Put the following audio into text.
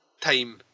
time